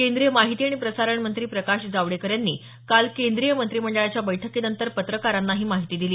केंद्रीय माहिती आणि प्रसारण मंत्री प्रकाश जावडेकर यांनी काल केंद्रीय मंत्रिमंडळाच्या बैठकीनंतर पत्रकारांना ही माहिती दिली